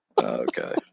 Okay